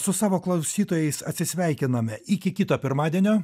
su savo klausytojais atsisveikiname iki kito pirmadienio